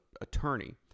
attorney